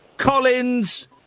Collins